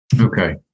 Okay